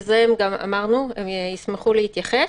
גם אמרנו והם ישמחו להתייחס.